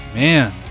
Man